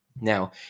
Now